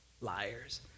liars